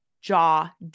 jaw